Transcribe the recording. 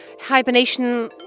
hibernation